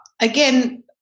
again